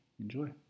enjoy